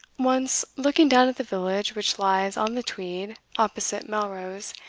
once, looking down at the village which lies on the tweed, opposite melrose,